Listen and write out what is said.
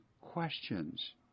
questions